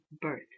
birth